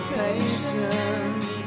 patience